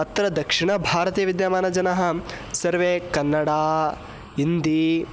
अत्र दक्षिणभारते विद्यमानजनाः सर्वे कन्नडा इन्दी